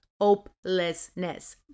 hopelessness